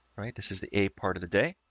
right. this is the, a part of the day,